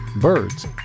birds